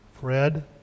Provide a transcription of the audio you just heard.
Fred